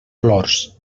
flors